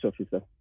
officer